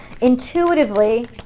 intuitively